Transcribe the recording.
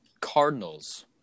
Cardinals